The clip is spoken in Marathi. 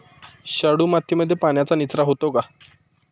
शाडू मातीमध्ये पाण्याचा निचरा होतो का?